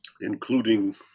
including